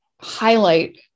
highlight